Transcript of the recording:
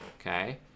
okay